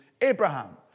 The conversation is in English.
Abraham